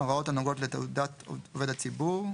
ההוראות הנוגעות לתעודת עובד הציבור,